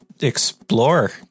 explore